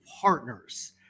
partners